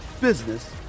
business